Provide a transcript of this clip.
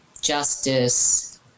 justice